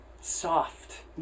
soft